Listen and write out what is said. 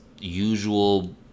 usual